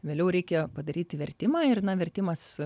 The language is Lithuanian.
vėliau reikia padaryti vertimą ir na vertimas